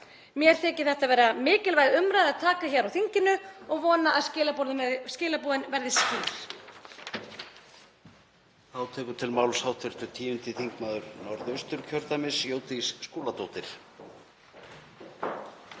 Mér þykir þetta vera mikilvæg umræða að taka hér á þinginu og vona að skilaboðin verði skýr.